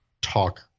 talk